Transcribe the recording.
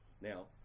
Now